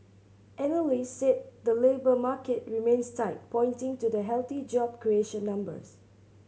analysts said the labour market remains tight pointing to the healthy job creation numbers